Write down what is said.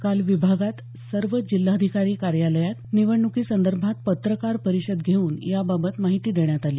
काल विभागात सर्व जिल्हाधिकारी कार्यालयात निवडणुकीसंदर्भात पत्रकार परिषद घेऊन याबाबत माहिती देण्यात आली